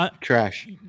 Trash